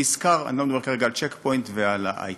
"ישקר" אני לא מדבר כרגע על "צ'ק פוינט" ועל ההיי-טק.